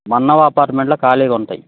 మన్నం అపార్ట్మెంట్లో ఖాయి